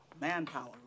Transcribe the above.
Manpower